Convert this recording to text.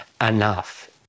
enough